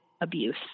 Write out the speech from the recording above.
abuse